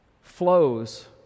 flows